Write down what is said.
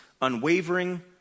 unwavering